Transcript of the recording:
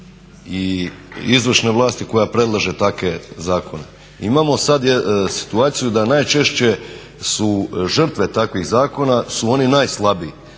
I izvršne vlasti koja predlaže takve zakone. Imamo sada situaciju da najčešće su žrtve takvih zakona su oni najslabiji.